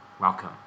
Welcome